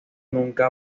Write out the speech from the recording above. nunca